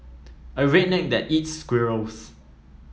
a redneck that eats squirrels